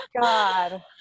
god